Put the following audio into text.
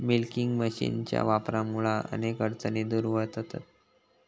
milking मशीनच्या वापरामुळा अनेक अडचणी दूर व्हतहत